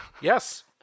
Yes